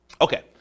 Okay